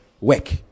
Work